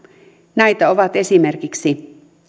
näitä ovat esimerkiksi